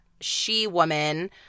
she-woman